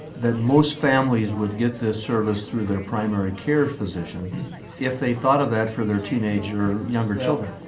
that most families would get this service through their primary care physician if they thought of that for their teenager or younger children.